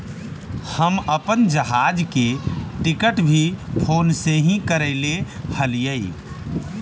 हम अपन जहाज के टिकट भी फोन से ही करैले हलीअइ